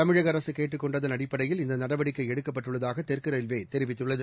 தமிழக அரசு கேட்டுக் கொண்டதன் அடிப்படையில் இந்த நடவடிக்கை எடுக்கப்பட்டுள்ளதாக தெற்கு ரயில்வே தெரிவித்துள்ளது